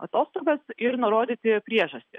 atostogas ir nurodyti priežastį